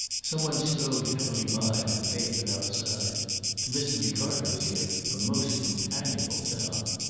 some one strode heavily by on the pavement outside to mr. ricardo's ear a most companionable sound.